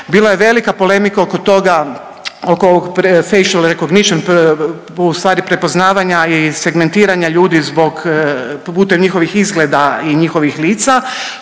bila je velika polemika oko toga, oko ovog face recognition u stvari prepoznavanja i segmetiranja ljudi zbog, putem njihovih izgleda i njihovih lica.